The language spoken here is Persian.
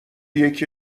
یکی